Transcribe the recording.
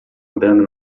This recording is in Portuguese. andando